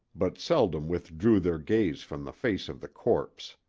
but seldom withdrew their gaze from the face of the corpse.